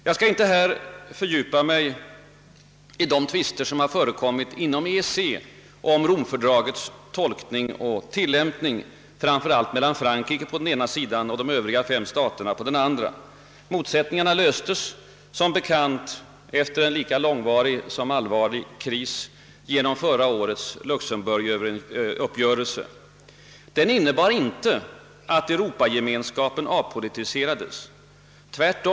Jag skall här inte fördjupa mig i de tvister som förekommit inom EEC rörande Romfördragets tolkning och tilllämpning framför allt mellan Frankrike å ena och de övriga fem staterna å andra sidan. Motsättningarna löstes som bekant, efter en lika långvarig som allvarlig kris, genom förra årets Luxemburguppgörelse. Den innebar inte att Europagemenskapen avpolitiserades.